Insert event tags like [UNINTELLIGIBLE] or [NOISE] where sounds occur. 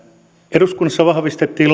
eduskunnassa vahvistettiin [UNINTELLIGIBLE]